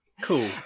Cool